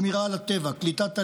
שמירה על הטבע, קליטת עלייה,